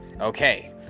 Okay